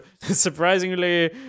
surprisingly